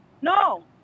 No